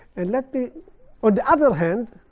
and let me on the other hand,